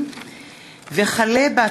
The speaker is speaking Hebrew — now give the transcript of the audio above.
מרב מיכאלי,